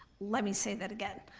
let me say that again,